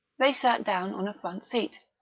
they sat down on a front seat.